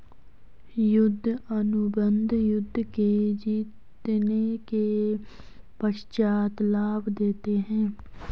युद्ध अनुबंध युद्ध के जीतने के पश्चात लाभ देते हैं